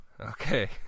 Okay